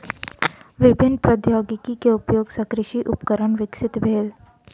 विभिन्न प्रौद्योगिकी के उपयोग सॅ कृषि उपकरण विकसित भेल